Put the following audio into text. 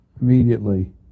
immediately